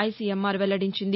ICMR వెల్లడించింది